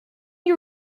you